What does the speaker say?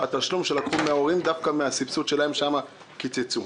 התשלום שלקחו מההורים דווקא מהסבסוד שלהם שם קיצצו.